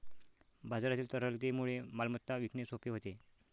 बाजारातील तरलतेमुळे मालमत्ता विकणे सोपे होते